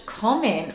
comment